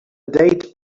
date